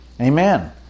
amen